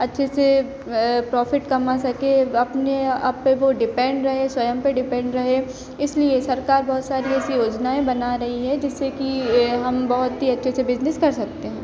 अच्छे से प्रॉफिट कमा सके अपने आप पर वो डिपेंड रहे स्वयं पर डिपेंड रहे इसलिए सरकार को बहुत सारी ऐसी योजनाएँ बना रही है जिससे कि हम बहुत ही अच्छे से बिज़नेस कर सकते हैं